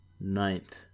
ninth